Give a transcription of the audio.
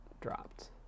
dropped